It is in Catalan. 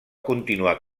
continuar